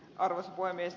arvoisa puhemies